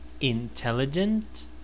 intelligent